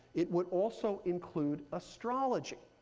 it would also include astrology.